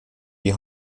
die